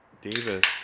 Davis